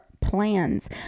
plans